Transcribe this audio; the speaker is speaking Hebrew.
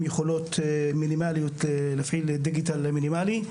יכולות מינימליות להפעיל דיגיטל מינימלי,